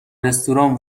رستوران